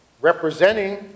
representing